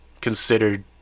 considered